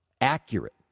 accurate